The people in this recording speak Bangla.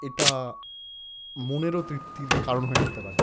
এটা মনেরও তৃপ্তির কারণ হয়ে উঠতে পারে